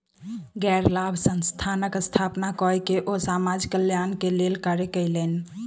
गैर लाभ संस्थानक स्थापना कय के ओ समाज कल्याण के लेल कार्य कयलैन